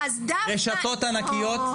רשתות ענקיות.